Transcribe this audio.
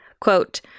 Quote